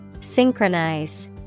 Synchronize